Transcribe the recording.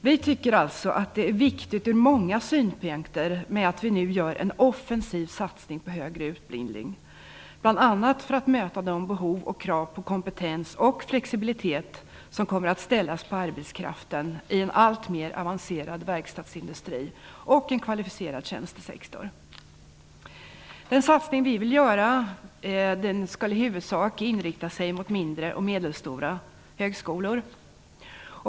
Vi tycker alltså att det från många synpunkter är viktigt att nu göra en offensiv satsning på högre utbildning, bl.a. för att möta de behov och krav på kompetens och flexibilitet som kommer att ställas på arbetskraften i en alltmer avancerad verkstadsindustri och en kvalificerad tjänstesektor. Den satsning vi vill göra skall i huvudsak inriktas mot mindre och medelstora högskolor.